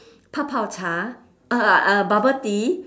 泡泡茶：pao pao cha uh uh bubble tea